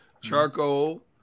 charcoal